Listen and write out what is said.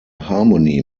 harmony